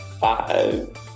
Five